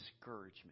discouragement